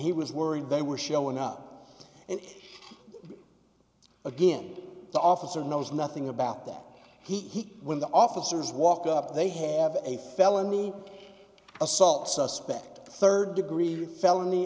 he was worried they were showing up and again the officer knows nothing about that he when the officers walk up they have a felony assault suspect rd degree felony